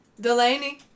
Delaney